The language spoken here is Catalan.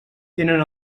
tenen